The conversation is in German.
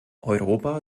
europa